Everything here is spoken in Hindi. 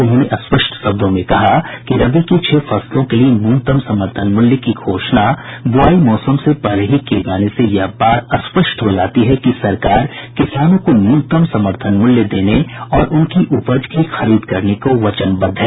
उन्होंने स्पष्ट शब्दों में कहा कि रबी की छह फसलों के लिए समर्थन मूल्य की घोषणा बुआई मौसम से पहले ही किए जाने से यह बात स्पष्ट हो जाती है कि सरकार किसानों को न्यूनतम समर्थन मूल्य देने और उनकी उपज की खरीद करने को वचनबद्ध है